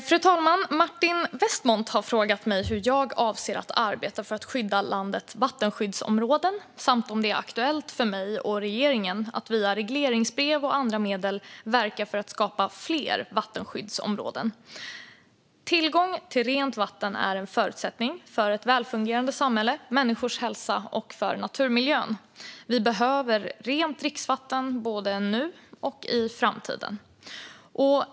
Fru talman! Martin Westmont har frågat mig hur jag avser att arbeta för att skydda landets vattenskyddsområden och om det är aktuellt för mig och regeringen att via regleringsbrev och andra medel verka för att skapa fler vattenskyddsområden. Tillgång till rent vatten är en förutsättning för ett välfungerande samhälle, för människors hälsa och för naturmiljön. Vi behöver rent dricksvatten både nu och i framtiden.